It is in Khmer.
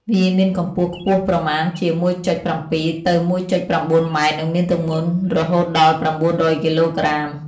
វាមានកម្ពស់ខ្ពស់ប្រមាណជា ១.៧ ទៅ ១.៩ ម៉ែត្រ និងមានទម្ងន់រហូតដល់ ៩០០ គីឡូក្រាម។